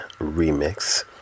remix